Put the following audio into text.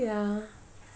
ya